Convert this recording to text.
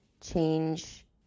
change